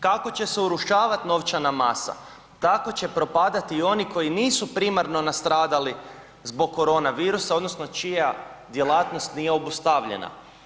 Kako će se urušavat novčana masa, tako će propadati oni koji nisu primarno nastradali zbog korona virusa odnosno čija djelatnost nije obustavljena.